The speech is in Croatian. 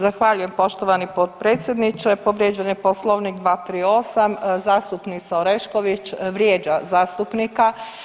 Zahvaljujem poštovani potpredsjedniče, povrijeđen je Poslovnik 238., zastupnica Orešković vrijeđa zastupnika.